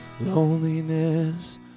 loneliness